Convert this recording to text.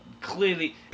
clearly